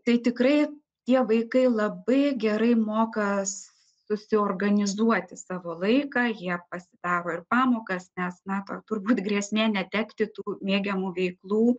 tai tikrai tie vaikai labai gerai moka susiorganizuoti savo laiką jie pasidaro ir pamokas nes na ta turbūt grėsmė netekti tų mėgiamų veiklų